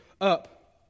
up